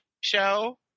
show